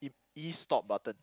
E stop button